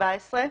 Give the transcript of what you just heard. בסעיף 17,